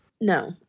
No